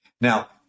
Now